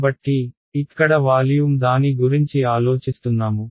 కాబట్టి ఇక్కడ వాల్యూమ్ దాని గురించి ఆలోచిస్తున్నాము